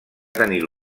tenir